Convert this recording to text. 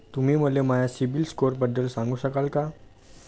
तुम्ही मले माया सीबील स्कोअरबद्दल सांगू शकाल का?